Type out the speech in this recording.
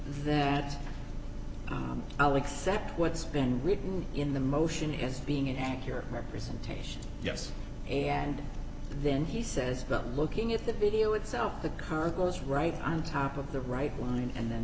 that i'll accept what's been written in the motion as being an accurate representation yes and then he says but looking at the video itself the car goes right on top of the right line and then